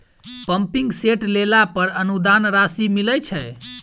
Pumping set लेला पर अनुदान राशि मिलय छैय?